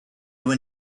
were